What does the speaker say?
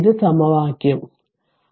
ഇത് സമവാക്യം 6